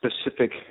specific